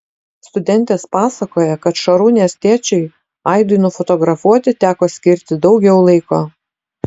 studentės pasakoja kad šarūnės tėčiui aidui nufotografuoti teko skirti daugiau laiko